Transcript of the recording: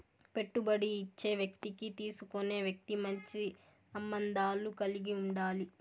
పెట్టుబడి ఇచ్చే వ్యక్తికి తీసుకునే వ్యక్తి మంచి సంబంధాలు కలిగి ఉండాలి